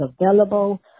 available